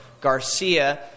Garcia